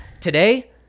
today